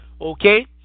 Okay